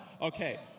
okay